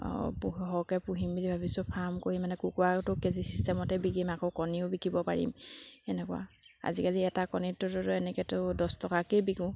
সৰহকৈ পুহিম বুলি ভাবিছোঁ ফাৰ্ম কৰিম মানে কুকুৰাটো কে জি চিষ্টেমতে বিকিম আকৌ কণীও বিকিব পাৰিম এনেকুৱা আজিকালি এটা কণীটোতো এনেকৈতো দহ টকাকৈয়ে বিকোঁ